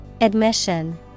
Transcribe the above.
Admission